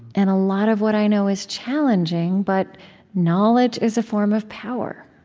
and a lot of what i know is challenging, but knowledge is a form of power